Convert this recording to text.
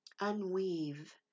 unweave